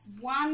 one